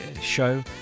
show